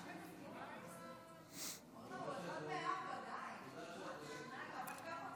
רק שני שרים?